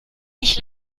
ich